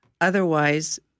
Otherwise